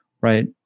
Right